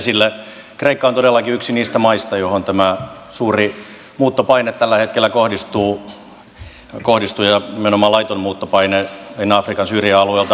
kreikka on todellakin yksi niistä maista joihin tämä suuri muuttopaine tällä hetkellä kohdistuu ja nimenomaan laiton muuttopaine afrikan syrjäalueilta